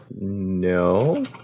No